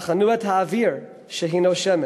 בחנו את האוויר שהיא נושמת,